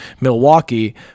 Milwaukee